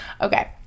okay